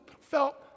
felt